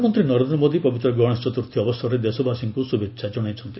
ପ୍ରଧାନମନ୍ତ୍ରୀ ନରେନ୍ଦ୍ର ମୋଦୀ ପବିତ୍ର ଗଶେଶ ଚତୁର୍ଥୀ ଅବସରରେ ଦେଶବାସୀଙ୍କୁ ଶୁଭେଚ୍ଛା ଜଣାଇଚ୍ଚନ୍ତି